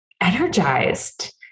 energized